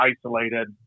isolated